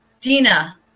Dina